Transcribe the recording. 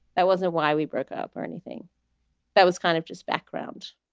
that wasn't why we broke up or anything that was kind of just background